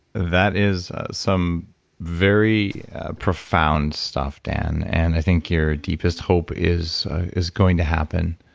that is some very profound stuff, dan, and i think your deepest hope is is going to happen